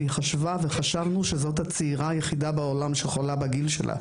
גם היא וגם אנחנו חשבנו שהיא הצעירה היחידה בעולם שחולה בסרטן.